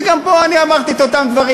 וגם פה אמרתי את אותם דברים,